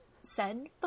send